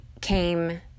came